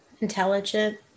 intelligent